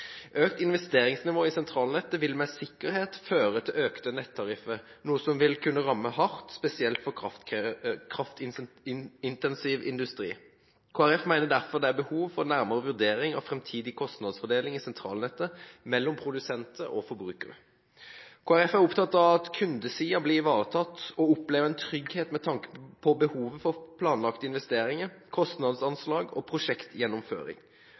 Økt investeringsnivå i sentralnettet vil med sikkerhet føre til økte nettariffer, noe som vil kunne ramme hardt, spesielt for kraftintensiv industri. Kristelig Folkeparti mener derfor det er behov for en nærmere vurdering av framtidig kostnadsfordeling i sentralnettet mellom produsenter og forbrukere. Kristelig Folkeparti er opptatt av at kundesiden blir ivaretatt og opplever en trygghet med tanke på behovet for planlagte investeringer, kostnadsanslag og prosjektgjennomføring.